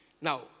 Now